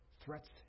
Threats